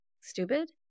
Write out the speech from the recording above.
stupid